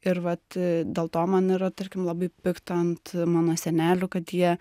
ir vat dėl to man yra tarkim labai pikta ant mano senelių kad jie